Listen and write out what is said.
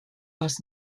was